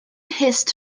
hissed